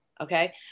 Okay